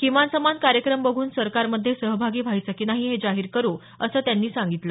किमान समान कार्यक्रम बघून सरकारमध्ये सहभागी व्हायचं की नाही हे जाहीर करू असं त्यांनी सांगितलं